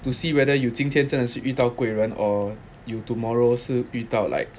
to see whether you 今天真的是遇到贵人 or you tomorrow 是遇到 like